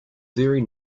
very